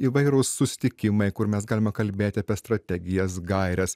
įvairūs susitikimai kur mes galime kalbėti apie strategijas gaires